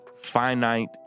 finite